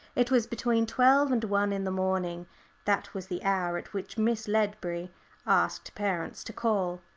it was between twelve and one in the morning that was the hour at which miss ledbury asked parents to call.